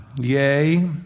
Yea